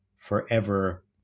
forever